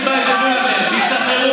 תתבייש.